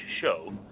show